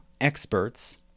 experts